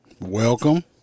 Welcome